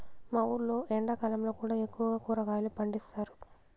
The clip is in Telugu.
మా ఊర్లో ఎండాకాలంలో కూడా ఎక్కువగా కూరగాయలు పండిస్తారు